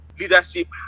Leadership